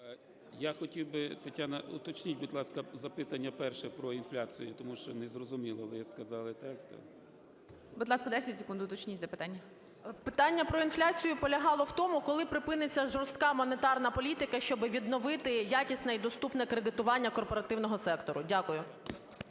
Я хотів би, Тетяно, уточніть, будь ласка, запитання перше про інфляцію, тому що незрозуміло ви сказали текст. ГОЛОВУЮЧИЙ. Будь ласка, 10 секунд, уточніть запитання. 17:23:42 ОСТРІКОВА Т.Г. Питання про інфляцію полягало в тому, коли припиниться жорстка монетарна політика, щоби відновити якісне і доступне кредитування корпоративного сектору? Дякую.